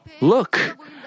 Look